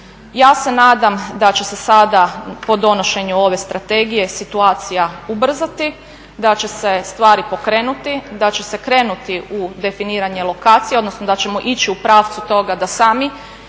Ja se nadam da će se sada po donošenju ove strategije situacija ubrzati, da će se stvari pokrenuti, da će se krenuti u definiranje lokacija odnosno da ćemo ići u pravcu toga da sami